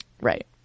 Right